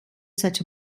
such